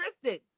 Tristan